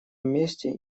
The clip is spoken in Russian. месте